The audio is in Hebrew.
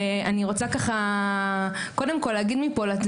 אני רוצה קודם כל להגיד מפה תודה,